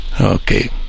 Okay